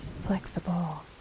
flexible